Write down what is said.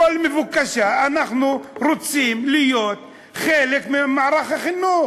מבוקשה: אנחנו רוצים להיות חלק ממערך החינוך?